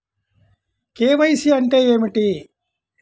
KYC అంటే ఏమిటి?